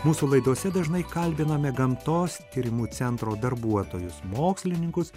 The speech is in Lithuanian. mūsų laidose dažnai kalbiname gamtos tyrimų centro darbuotojus mokslininkus